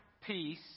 peace